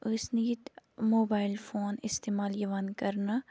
ٲسۍ نہٕ ییٚتہِ موبایِل فون استعمال یِوان کَرنہٕ